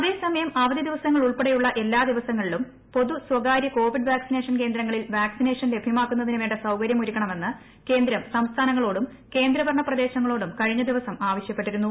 അതേസമയം അവധി ദിവസങ്ങൾ ഉൾപ്പെടെയുള്ള എല്ലാ ദിവസവും എല്ലാ പൊതു സ്വകാര്യ കോവിഡ് വാക്സിനേഷൻ കേന്ദ്രങ്ങളിലും വാക്സിനേഷൻ ലഭ്യമാക്കുന്നതിന് വേണ്ട സൌകര്യം ഒരുക്കണമെന്ന് കേന്ദ്രം സംസ്ഥാനങ്ങളോടും കേന്ദ്രഭരണ പ്രദേശങ്ങളോടും കഴിഞ്ഞ ദിവസം ആവശൃപ്പെട്ടിരുന്നു